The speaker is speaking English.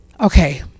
okay